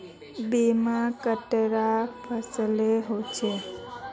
बीमा कतेला प्रकारेर होचे?